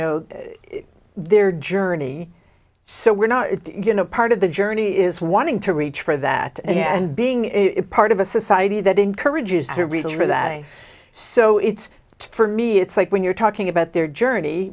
know their journey so we're not you know part of the journey is wanting to reach for that and being part of a society that encourages us to reach for that so it's for me it's like when you're talking about their journey